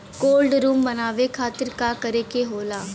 Cold room बनावे खातिर का करे के होला?